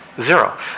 Zero